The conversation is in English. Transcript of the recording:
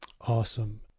Awesome